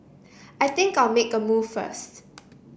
I think I'll make a move first